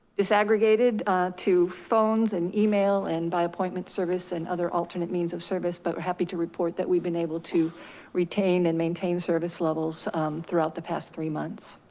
is aggregated to phones and email and by appointment service and other alternate means of service. but we're happy to report that we've been able to retain and maintain service levels throughout the past three months.